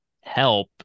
help